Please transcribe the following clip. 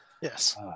Yes